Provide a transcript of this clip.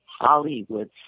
Hollywood